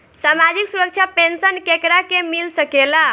सामाजिक सुरक्षा पेंसन केकरा के मिल सकेला?